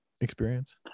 experience